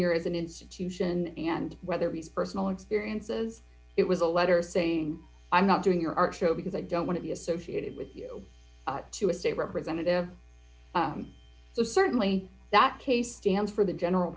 tenure as an institution and whether his personal experiences it was a letter saying i'm not doing your art show because i don't want to be associated with you to a state representative so certainly that case stands for the general